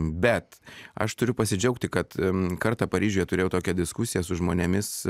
bet aš turiu pasidžiaugti kad kartą paryžiuje turėjau tokią diskusiją su žmonėmis